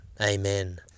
Amen